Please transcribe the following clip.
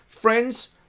friends